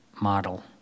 model